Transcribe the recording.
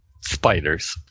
spiders